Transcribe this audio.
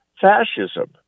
fascism